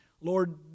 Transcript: Lord